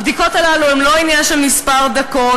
הבדיקות הללו הן עניין של כמה דקות.